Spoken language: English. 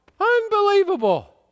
unbelievable